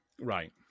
Right